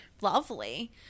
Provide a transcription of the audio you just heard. Lovely